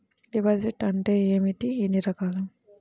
Deposit అంటే ఏమిటీ ఎన్ని రకాలు?